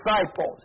disciples